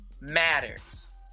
matters